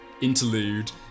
interlude